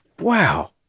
Wow